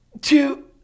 two